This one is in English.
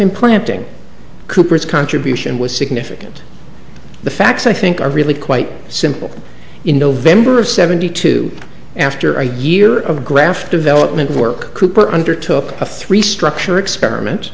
implanting cooper's contribution was significant the facts i think are really quite simple in november of seventy two after a year of graft development work cooper undertook a three structure experiment